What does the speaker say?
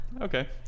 Okay